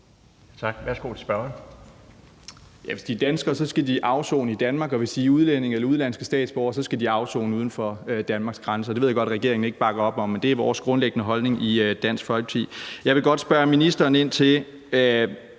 Hvis de er danskere, skal de afsone i Danmark, og hvis de er udlændinge eller udenlandske statsborgere, skal de afsone uden for Danmarks grænser. Det ved jeg godt at regeringen ikke bakker op om, men det er vores grundlæggende holdning i Dansk Folkeparti. Det er sådan, at alle